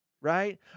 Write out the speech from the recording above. Right